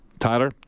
Tyler